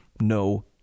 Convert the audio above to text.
no